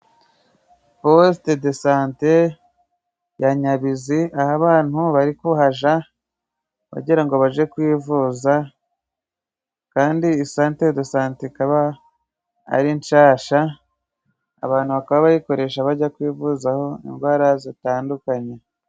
Posite do Sante ya Nyabizi, aho abantu bari kuhaja bagira ngo baje kwivuza, kandi Santere do Sante ikaba ari nshasha, abantu bakaba bayikoresha bajya kuyivuzaho indwara zitandukanye.